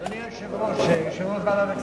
אדוני היושב-ראש, יושב-ראש ועדת הכספים,